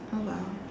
oh !wow!